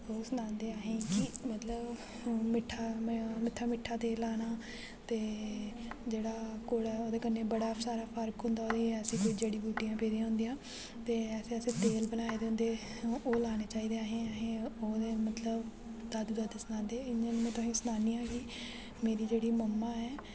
ओह् सनांदे अहें गी कि मतलब मिट्ठा मिट्ठा मिट्ठा तेल लाना ते जेह्ड़ा कौड़ा ते ओह्दे कन्नै बड़ा सारा फर्क होंदा ओह्दे च ऐसी कोई जड़ी बूटियां पेदियां होंदियां ते ऐसे ऐसे तेल बनाये दे होंदे ते ओह् लाने चाहिदे अहें ओह्दे मतलब दादी दादू सनांदे इ'यां इ'यां तुसें गी सनानी आं कि मेरी जेह्ड़ी मम्मा ऐ